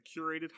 curated